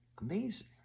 amazing